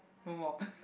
no more